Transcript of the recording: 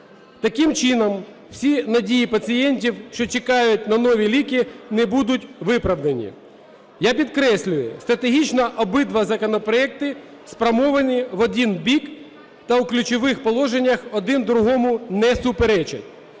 Таким чином всі надії пацієнтів, що чекають на нові ліки, не будуть виправдані. Я підкреслюю, стратегічно обидва законопроекти спрямовані в один бік та в ключових положеннях один другому не суперечать.